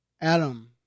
Adam